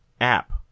app